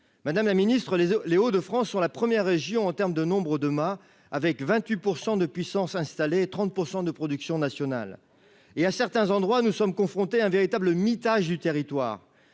madame la Ministre les Les Hauts de France sur la première région en terme de nombre de ma avec 28 % de puissance installée 30 % de production nationale et à certains endroits, nous sommes confrontés à un véritable mitage du territoire